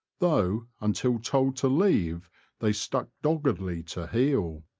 though until told to leave they stuck doggedly to heel.